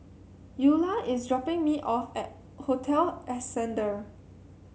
Eula is dropping me off at Hotel Ascendere